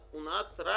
הוא נועד רק